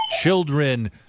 children